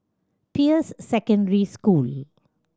Peirce Secondary School